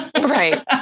Right